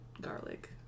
garlic